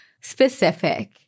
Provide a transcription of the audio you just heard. specific